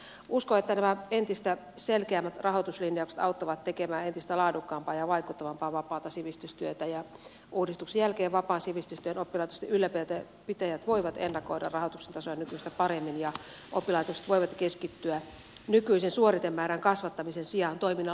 uskon että nämä entistä selkeämmät rahoituslinjaukset auttavat tekemään entistä laadukkaampaa ja vaikuttavampaa vapaata sivistystyötä ja uudistuksen jälkeen vapaan sivistystyön oppilaitosten ylläpitäjät voivat ennakoida rahoituksen tasoa nykyistä paremmin ja oppilaitokset voivat keskittyä nykyisen suoritemäärän kasvattamisen sijaan toiminnan laadun kehittämiseen